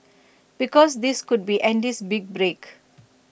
because this could be Andy's big break